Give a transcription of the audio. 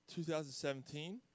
2017